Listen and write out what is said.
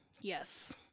Yes